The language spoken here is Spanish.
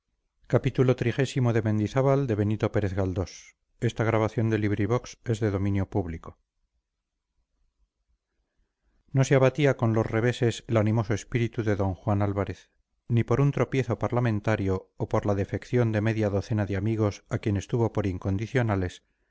no se abatía con los reveses el animoso espíritu de d juan álvarez ni por un tropiezo parlamentario o por la defección de media docena de amigos a quienes tuvo por incondicionales